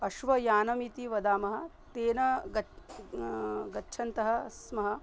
अश्वयानमिति वदामः तेन गच् गच्छन्तः स्मः